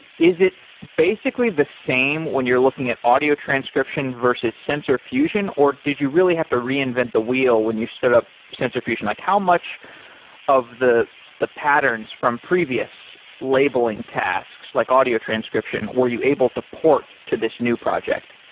is it basically the same when you're looking at audio transcription versus sensor fusion, or did you really have to reinvent the wheel when you stood up sensor fusion? like how much of the the patterns from previous labeling tasks, like audio transcription, were you able to port to this new project?